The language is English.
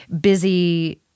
busy